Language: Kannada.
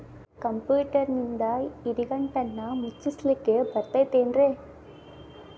ಕಂಪ್ಯೂಟರ್ನಿಂದ್ ಇಡಿಗಂಟನ್ನ ಮುಚ್ಚಸ್ಲಿಕ್ಕೆ ಬರತೈತೇನ್ರೇ?